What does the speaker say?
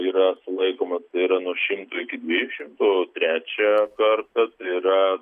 yra sulaikomas tai yra nuo šimto iki dviejų šimtų o trečią kartą yra